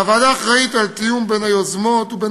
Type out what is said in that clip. הוועדה אחראית על תיאום בין היוזמות ובין